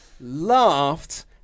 laughed